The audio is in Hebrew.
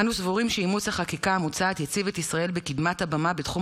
אנו סבורים שאימוץ החקיקה המוצעת יציב את ישראל בקדמת הבמה בתחום